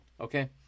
okay